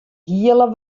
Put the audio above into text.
hiele